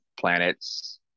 planets